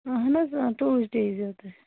اہن حظ آ ٹیوٗر ڈے یی زیٚو تُہُۍ